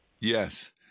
Yes